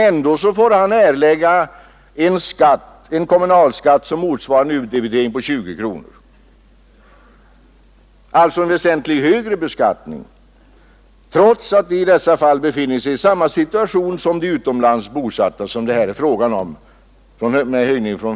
Ändå får han erlägga en kommunalskatt som motsvarar en utdebitering på 20 kronor. Det är alltså en väsentligt högre beskattning trots att han i dessa fall befinner sig i samma situation som de utomlands bosatta som det här är fråga om.